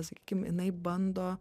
sakykim jinai bando